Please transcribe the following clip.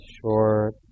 short